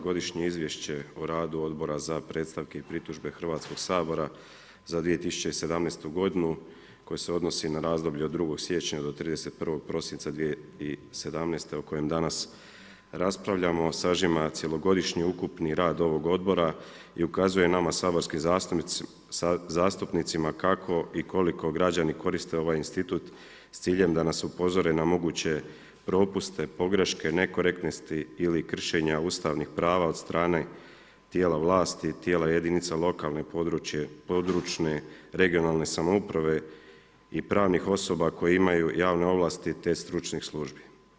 Godišnje izvješće o radu Odbora za predstavke i pritužbe Hrvatskog sabora za 2017. godinu koje se odnosi na razdoblje od 2. siječnja do 31. prosinca 2017. o kojem danas raspravljamo, sažima cjelogodišnji ukupni rad ovog odbora i ukazuje nama saborskim zastupnicima kako i koliko građani koriste ovaj institut s ciljem da nas upozore na moguće propuste, pogreške, nekorektnosti ili kršenja ustavnih prava od strane tijela vlasti, tijela jedinica lokalne i područne (regionalne) samouprave i pravnih osoba koje imaju javne ovlasti te stručnih službi.